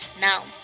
now